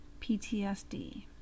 PTSD